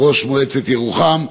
ראש מועצת ירוחם,